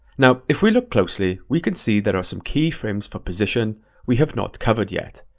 now, if we look closely, we can see there are some keyframes for position we have not covered yet.